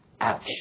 Ouch